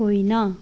होइन